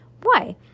Why